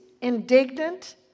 indignant